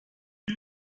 had